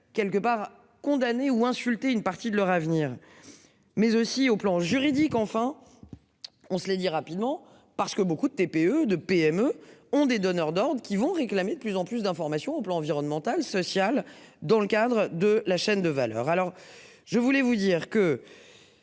quelque part condamné ou insulter une partie de leur avenir. Mais aussi au plan juridique. Enfin. On se les dit rapidement parce que beaucoup de TPE de PME ont des donneurs d'ordres qui vont réclamer de plus en plus d'informations au plan environnemental, social. Dans le cadre de la chaîne de valeur. Alors je voulais vous dire que.